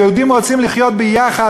יהודים רוצים לחיות ביחד,